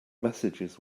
messages